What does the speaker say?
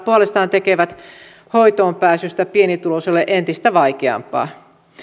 puolestaan tekevät hoitoon pääsystä pienituloisille entistä vaikeampaa